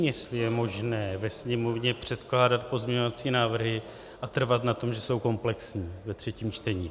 Nevím, jestli je možné ve Sněmovně předkládat pozměňovací návrhy a trvat na tom, že jsou komplexní, ve třetím čtení.